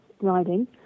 riding